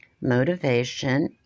motivation